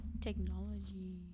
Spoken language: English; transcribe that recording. technology